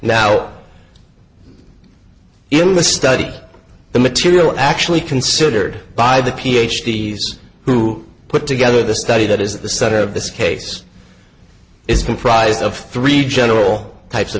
now in the study the material actually considered by the ph d s who put together the study that is the center of this case is comprised of three general types of